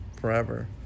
forever